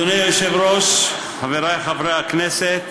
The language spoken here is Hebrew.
אדוני היושב-ראש, חבריי חברי הכנסת,